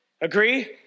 Agree